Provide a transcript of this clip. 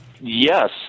Yes